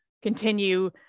continue